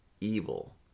evil